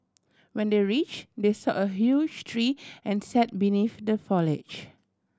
when they reach they saw a huge tree and sat beneath the foliage